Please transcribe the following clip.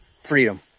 freedom